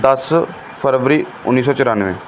ਦੱਸ ਫਰਵਰੀ ਉੱਨੀ ਸੌ ਚੁਰਾਨਵੇਂ